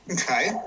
okay